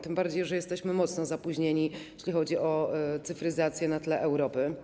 Tym bardziej, że jesteśmy mocno zapóźnieni, jeśli chodzi o cyfryzację, na tle Europy.